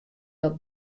dat